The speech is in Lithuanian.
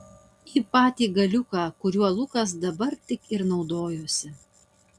į patį galiuką kuriuo lukas dabar tik ir naudojosi